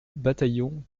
bataillon